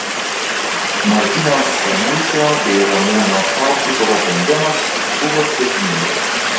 martyno samuičio bei ramūno šaučikovo tandemas buvo sėkmingas